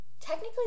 technically